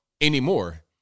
anymore